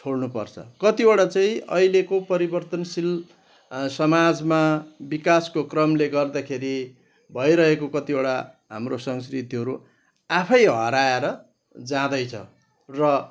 छोड्नुपर्छ कतिवटा चाहिँ अहिलेको परिवर्तनशील समाजमा विकासको क्रमले गर्दाखेरि भइरहेको कतिवटा हाम्रो संस्कृतिहरू आफै हराएर जाँदैछ र